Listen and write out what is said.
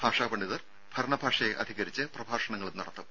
ഭാഷാ പണ്ഡിതർ ഭരണഭാഷയെ അധികരിച്ച് പ്രഭാഷണങ്ങളും നടത്തും